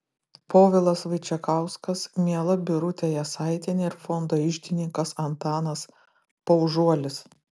povilas vaičekauskas miela birutė jasaitienė ir fondo iždininkas antanas paužuolis